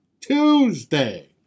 Tuesday